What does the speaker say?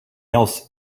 else